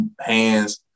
hands